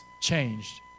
changed